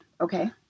Okay